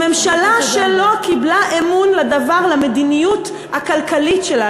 שממשלה שלא קיבלה אמון למדיניות הכלכלית שלה,